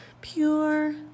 pure